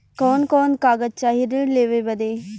कवन कवन कागज चाही ऋण लेवे बदे?